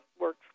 works